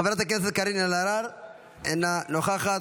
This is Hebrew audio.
חברת הכנסת קארין אלהרר, אינה נוכחת.